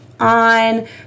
on